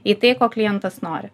į tai ko klientas nori